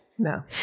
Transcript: no